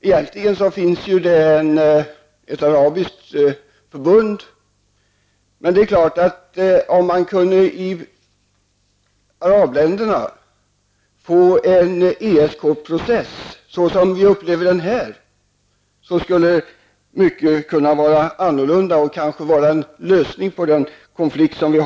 Egentligen finns det ett arabiskt förbund. Men om man i arabländerna kunde få till stånd en ESK-process som den vi upplever här, skulle mycket kunna vara annorlunda. Kanske skulle man därigenom få en lösning på den pågående konflikten där nere.